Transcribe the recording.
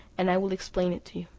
and i will explain it to you.